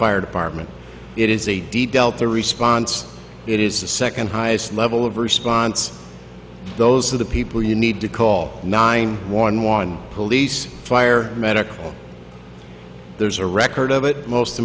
fire department it is a deep delta response it is the second highest level of response those are the people you need to call nine one one police fire or medical there's a record of it most